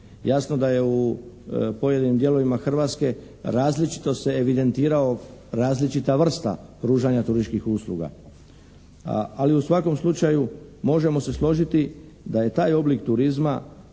Jasno da je u pojedinim dijelovima Hrvatske različito se evidentirao različita vrsta pružanja turističkih usluga, ali u svakom slučaju možemo se složiti da je taj oblik turizma